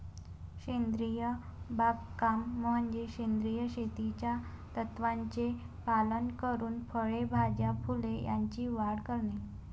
सेंद्रिय बागकाम म्हणजे सेंद्रिय शेतीच्या तत्त्वांचे पालन करून फळे, भाज्या, फुले यांची वाढ करणे